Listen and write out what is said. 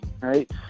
Right